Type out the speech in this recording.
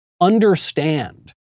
understand